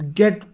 get